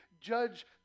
judge